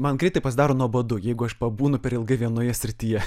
man greitai pasidaro nuobodu jeigu aš pabūnu per ilgai vienoje srityje